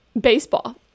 Baseball